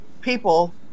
people